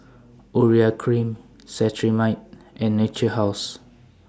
Urea Cream Cetrimide and Natura House